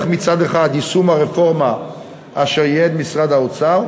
מצד אחד את יישום הרפורמה אשר ייעד משרד האוצר,